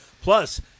Plus